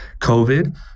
COVID